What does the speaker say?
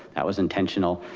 that was intentional.